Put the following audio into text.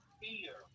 fear